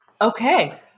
Okay